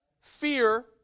Fear